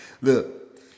Look